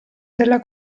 della